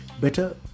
Better